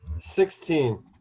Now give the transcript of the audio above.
Sixteen